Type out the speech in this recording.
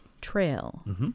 trail